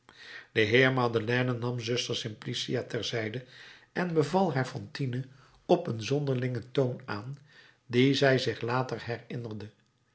de heer madeleine nam zuster simplicia ter zijde en beval haar fantine op een zonderlingen toon aan dien zij zich later herinnerde